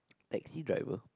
taxi driver